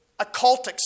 occultic